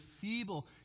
feeble